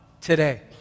today